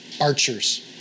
archers